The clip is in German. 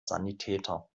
sanitäter